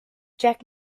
jack